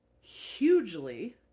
hugely